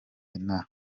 inaha